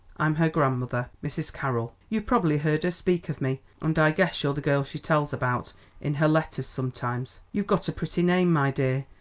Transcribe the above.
i'm her grandmother, mrs. carroll you've probably heard her speak of me, and i guess you're the girl she tells about in her letters sometimes. you've got a pretty name, my dear,